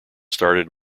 started